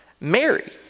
Mary